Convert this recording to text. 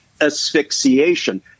asphyxiation